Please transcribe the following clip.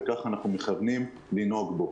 וכך אנחנו מכוונים לנהוג בו.